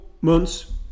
months